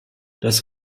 das